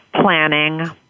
planning